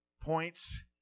points